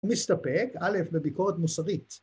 ‫ומסתפק א' בביקורת מוסרית.